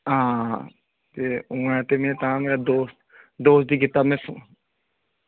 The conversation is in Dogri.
हां ते उ'यै ते तां मेरा दोस्त दोस्त गी कीता में फोन